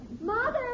Mother